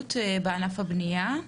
הבטיחות בענף הבנייה.